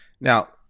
Now